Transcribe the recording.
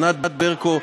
ענת ברקו,